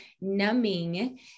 numbing